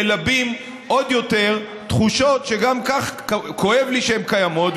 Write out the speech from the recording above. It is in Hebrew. מלבים עוד יותר תחושות שגם כך כואב לי שהן קיימות,